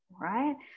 right